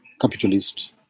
capitalist